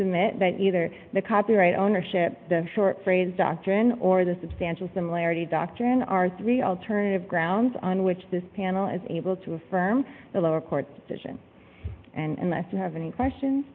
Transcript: submit that either the copyright ownership the short phrase doctrine or the substantial similarity doctrine are three alternative grounds on which this panel is able to affirm the lower court decision and less to have any questions